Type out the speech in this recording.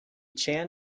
chan